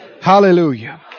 Hallelujah